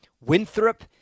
Winthrop